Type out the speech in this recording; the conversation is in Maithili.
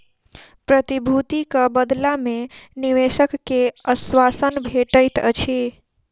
प्रतिभूतिक बदला मे निवेशक के आश्वासन भेटैत अछि